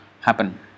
happen